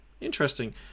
interesting